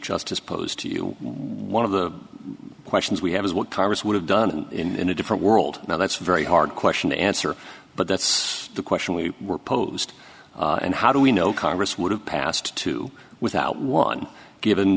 justice posed to you one of the questions we have is what congress would have done in a different world now that's very hard question to answer but that's the question we were posed and how do we know congress would have passed two without one given